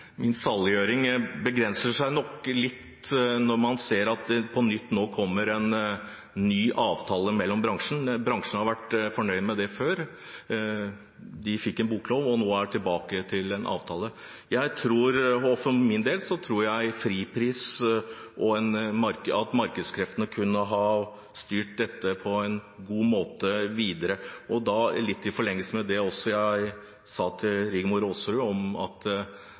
Min saliggjøring begrenser seg nok litt når man ser at det nå kommer en ny avtale i bransjen. Bransjen har vært fornøyd med det før. De fikk en boklov, og nå er det tilbake til en avtale. For min del tror jeg at fripris og markedskreftene kunne ha styrt dette på en god måte videre. Litt i forlengelse av det jeg sa til Rigmor Aasrud om at